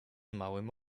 małym